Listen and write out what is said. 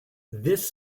this